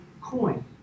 coin